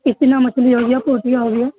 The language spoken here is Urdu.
کتنا مچھلی ہو گیا پوٹیا ہو گیا